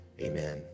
Amen